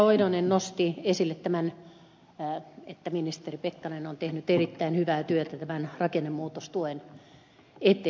oinonen nosti esille että ministeri pekkarinen on tehnyt erittäin hyvää työtä rakennemuutostuen eteen